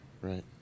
Right